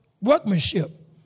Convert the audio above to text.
workmanship